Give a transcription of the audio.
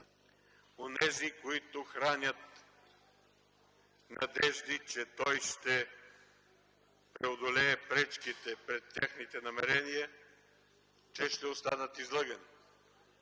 онези, които хранят надежди, че той ще преодолее пречките пред техните намерения, че ще останат излъгани.